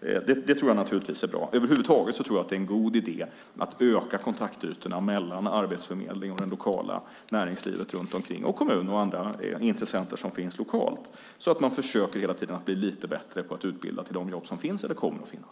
tid. Det tror jag naturligtvis är bra. Över huvud taget tror jag att det är en god idé att öka kontaktytorna mellan Arbetsförmedlingen, det lokala näringslivet runt omkring och kommun och andra intressenter som finns lokalt, så att man hela tiden försöker bli lite bättre på att utbilda till de jobb som finns eller kommer att finnas.